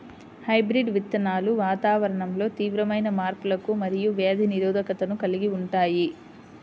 hybrid విత్తనాలు వాతావరణంలో తీవ్రమైన మార్పులకు మరియు వ్యాధి నిరోధకతను కలిగి ఉంటాయి